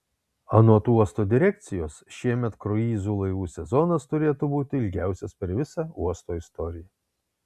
anot uosto direkcijos šiemet kruizų laivų sezonas turėtų būti ilgiausias per visą uosto istoriją